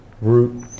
root